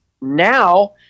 now